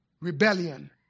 rebellion